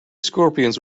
scorpions